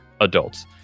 adults